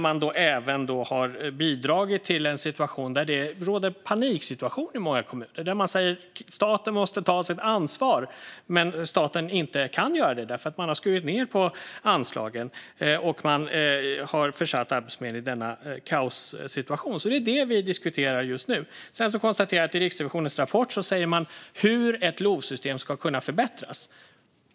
Man har även bidragit till en paniksituation i många kommuner, som säger att staten måste ta sitt ansvar. Men staten kan inte göra det eftersom man har skurit ned på anslagen och har försatt Arbetsförmedlingen i denna kaossituation. Det är vad vi diskuterar just nu. Riksrevisionen säger i sin rapport hur ett LOV-system ska kunna förbättras.